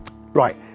right